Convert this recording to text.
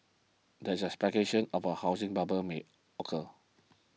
there is a speculation of a housing bubble may occur